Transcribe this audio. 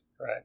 Right